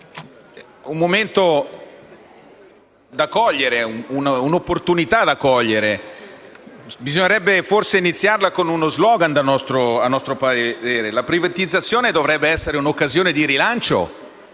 questa possa essere un'opportunità da cogliere. Bisognerebbe forse iniziare con uno *slogan*, a nostro parere: la privatizzazione dovrebbe essere un'occasione di rilancio